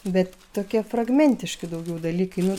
bet tokie fragmentiški daugiau dalykai nu